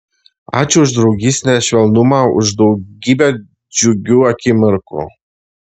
ačiū už draugystę švelnumą už daugybę džiugių akimirkų